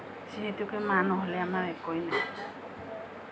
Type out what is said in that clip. যিহেতুকে মা নহ'লে আমাৰ একোয়েই নাই